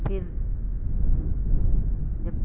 फ़िर जब